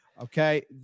Okay